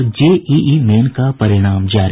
और JEE main का परिणाम जारी